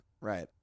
right